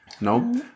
Nope